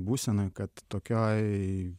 būsenoj kad tokioj